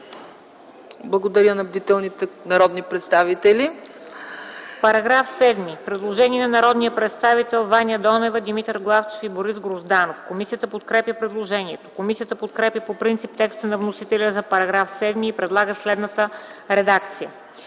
Благодаря на бдителните народни представители.